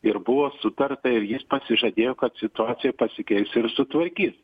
ir buvo sutarta ir jis pasižadėjo kad situacija pasikeis ir sutvarkys